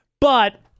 but-